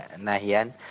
Nahian